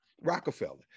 Rockefeller